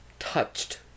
touched